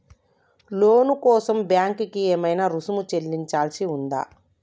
లోను కోసం బ్యాంక్ కి ఏమైనా రుసుము చెల్లించాల్సి ఉందా?